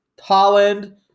holland